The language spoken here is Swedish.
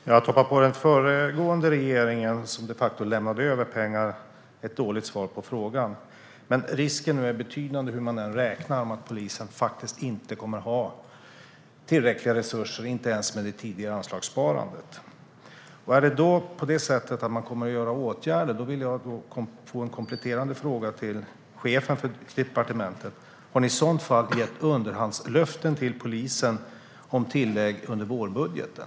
Herr talman! Att hoppa på den föregående regeringen som de facto lämnade över pengar är ett dåligt svar på frågan. Hur man än räknar är risken nu betydande att polisen faktiskt inte kommer att ha tillräckliga resurser ens med det tidigare anslagssparandet. Är det då så att man kommer att vidta åtgärder vill jag komplettera med en fråga till chefen för departementet: Har ni i så fall gett underhandslöften till polisen om tillägg under vårbudgeten?